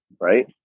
right